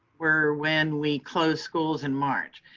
were when we closed schools in march.